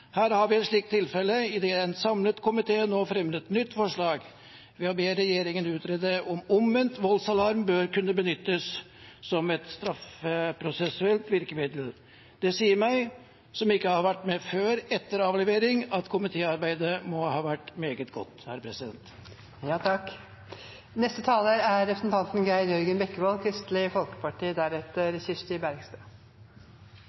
Her har vi et slikt tilfelle, idet en samlet komité nå fremmer et nytt forslag ved å be regjeringen utrede om omvendt voldsalarm bør kunne benyttes som et straffeprosessuelt virkemiddel. Dette sier meg, som ikke har vært med før etter avlevering, at komitéarbeidet må ha vært meget godt. La meg først beklage: Ved en inkurie står Kristelig Folkeparti